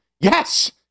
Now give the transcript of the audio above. Yes